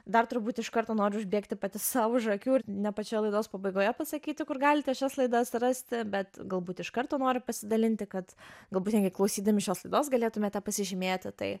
dar turbūt iš karto noriu užbėgti pati sau už akių ir ne pačioje laidos pabaigoje pasakyti kur galite šias laidas rasti bet galbūt iš karto noriu pasidalinti kad galbūt netgi klausydami šios laidos galėtumėte pasižymėti tai